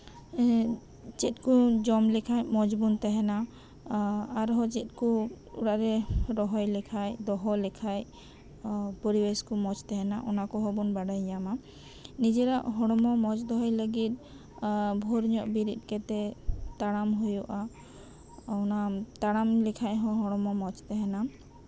ᱮᱜ ᱪᱮᱫ ᱠᱚ ᱡᱚᱢ ᱞᱮᱠᱷᱟᱡ ᱢᱚᱸᱡ ᱵᱚᱱ ᱛᱟᱸᱦᱮᱱᱟ ᱟᱨᱦᱚᱸ ᱪᱮᱫ ᱠᱚ ᱚᱲᱟᱜ ᱨᱮ ᱨᱚᱦᱚᱭ ᱞᱮᱠᱷᱟᱡ ᱫᱚᱦᱚ ᱞᱮᱠᱷᱟᱡ ᱯᱚᱨᱤᱵᱮᱥ ᱠᱚ ᱢᱚᱸᱡ ᱛᱟᱸᱦᱮᱱᱟ ᱚᱱᱟ ᱠᱚᱸᱦᱚ ᱵᱚᱯᱱ ᱵᱟᱰᱟᱭ ᱧᱟᱢᱟ ᱱᱤᱡᱮᱨᱟᱜ ᱦᱚᱲᱢᱚ ᱢᱚᱸᱡ ᱫᱚᱦᱚᱭ ᱞᱟᱹᱜᱤᱫ ᱮᱜ ᱵᱷᱳᱨ ᱧᱚᱜ ᱵᱮᱨᱮᱫ ᱠᱟᱛᱮᱫ ᱛᱟᱲᱟᱢ ᱦᱩᱭᱩᱜᱼᱟ ᱚᱱᱟ ᱛᱟᱲᱟᱢ ᱞᱮᱠᱷᱟᱱ ᱦᱚᱸ ᱦᱚᱲᱢᱚ ᱢᱚᱸᱡ ᱛᱟᱸᱦᱮᱱᱟ